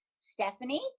Stephanie